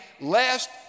lest